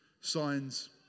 signs